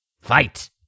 Fight